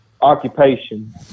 occupation